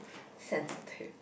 sensitive